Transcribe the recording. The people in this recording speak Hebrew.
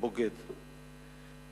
בוגד".